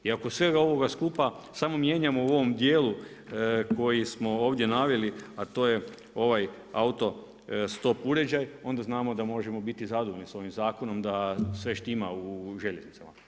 I oko svega ovoga skupa samo mijenjamo u ovom dijelu koji smo ovdje naveli, a to je ovaj autostop uređaj onda znamo da možemo biti zadovoljni sa ovim zakonom da sve štima u željeznicama.